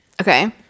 okay